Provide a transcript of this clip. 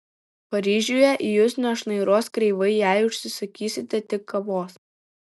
paryžiuje į jus nešnairuos kreivai jei užsisakysite tik kavos